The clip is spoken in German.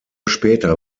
später